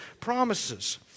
promises